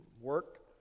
work